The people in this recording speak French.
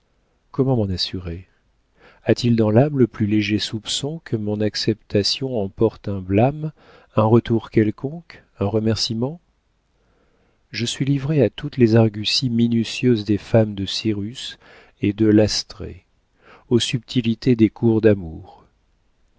comment m'en assurer a-t-il dans l'âme le plus léger soupçon que mon acceptation emporte un blâme un retour quelconque un remerciement je suis livrée à toutes les arguties minutieuses des femmes de cyrus et de l'astrée aux subtilités des cours d'amour